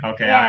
Okay